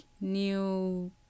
new